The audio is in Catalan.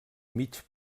mig